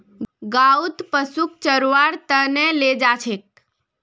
गाँउत पशुक चरव्वार त न ले जा छेक